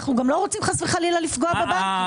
אנחנו גם לא רוצים חלילה לפגוע בבנקים.